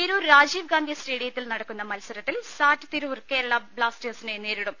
തിരൂർ രാജീവ്ഗാന്ധി സ്റ്റേഡിയത്തിൽ നടക്കുന്ന മത്സരത്തിൽ സാറ്റ് തിരൂർ കേരള ബ്ലാസ്റ്റേഴ്സിനെ നേരിടും